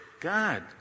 God